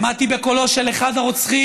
שמעתי בקולו של אחד הרוצחים,